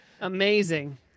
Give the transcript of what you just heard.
Amazing